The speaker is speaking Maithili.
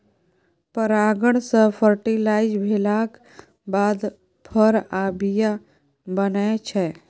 परागण सँ फर्टिलाइज भेलाक बाद फर आ बीया बनै छै